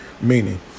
Meaning